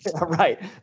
right